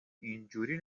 اینجوری